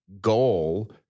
goal